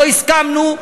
לא הסכמנו.